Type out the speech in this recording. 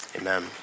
Amen